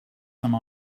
some